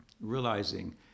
realizing